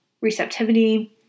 receptivity